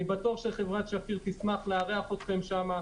אני בטוח שחברת שפיר תשמח לארח אתכם שם,